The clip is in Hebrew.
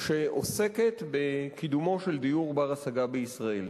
שעוסקת בקידומו של דיור בר-השגה בישראל.